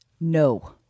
No